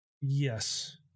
yes